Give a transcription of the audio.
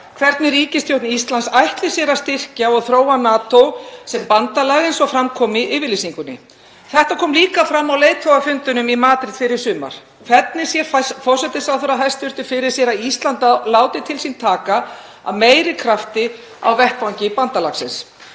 hvernig ríkisstjórn Íslands ætli sér að styrkja og þróa NATO sem bandalag, eins og fram kom í yfirlýsingunni. Þetta kom líka fram á leiðtogafundinum í Madríd fyrr í sumar. Hvernig sér hæstv. forsætisráðherra fyrir sér að Ísland láti til sín taka af meiri krafti á vettvangi bandalagsins?